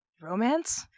romance